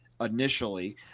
initially